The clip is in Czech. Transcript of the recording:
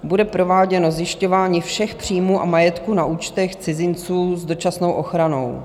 Bude prováděno zjišťování všech příjmů a majetku na účtech cizinců s dočasnou ochranou.